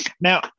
now